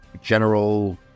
general